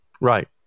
Right